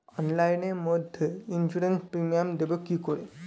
অনলাইনে মধ্যে insurance premium দেবো কি করে?